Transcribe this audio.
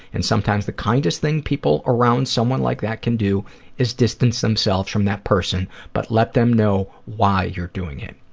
and sometimes the kindest thing people around someone like that can do is distance themselves from that person but let them know why you're doing it.